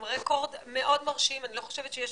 עם רקורד מאוד מרשים, אני לא חושבת שיש